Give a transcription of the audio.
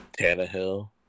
Tannehill